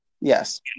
Yes